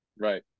Right